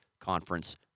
conference